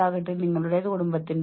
ഉത്കണ്ഠ വൈകല്യങ്ങൾ